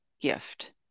gift